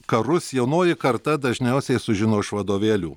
karus jaunoji karta dažniausiai sužino iš vadovėlių